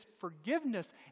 forgiveness